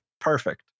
perfect